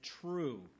true